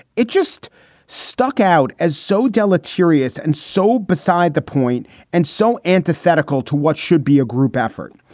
it just stuck out as so deleterious and so beside the point and so antithetical to what should be a group effort.